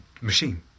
machine